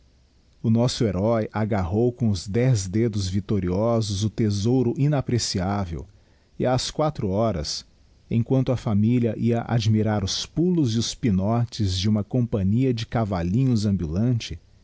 o nosso heroe agarrou com os dez dedos victoriosos o thesouro inapreciável e ás quatro horas emquanto a familia ia admirar os pulos e os pinotes de uma companhia de cavallinhos ambulante